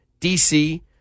DC